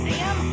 Sam